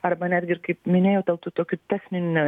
arba netgi ir kaip minėjau dėl tų tokių techninių